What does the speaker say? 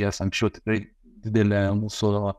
jas anksčiau tikrai didelė mūsų